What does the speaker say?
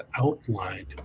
outlined